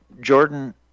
Jordan